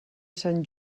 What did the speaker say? sant